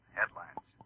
headlines